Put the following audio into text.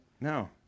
No